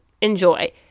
enjoy